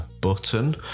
button